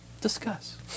Discuss